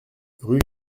rue